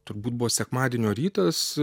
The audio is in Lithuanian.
turbūt buvo sekmadienio rytas